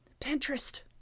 pinterest